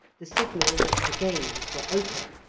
the signal that the games were open.